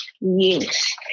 yes